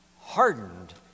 hardened